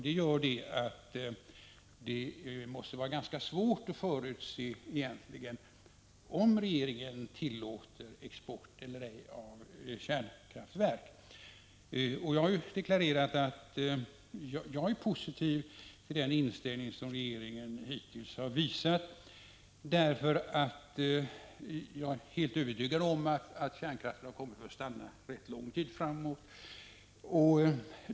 Därför måste det egentligen vara ganska svårt att förutse om regeringen tillåter export eller ej av kärnkraftverk. Jag har deklarerat att jag är positiv till den inställning som regeringen hittills har visat, eftersom jag är helt övertygad om att kärnkraften har kommit för att stanna under rätt lång tid framåt.